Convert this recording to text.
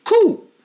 cool